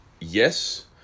yes